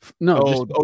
No